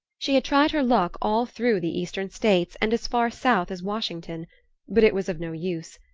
she had tried her luck all through the eastern states and as far south as washington but it was of no use,